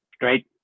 Great